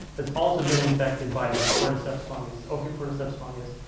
that's also been infected by this cordyceps fungus ophiocordyceps fungus.